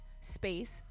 Space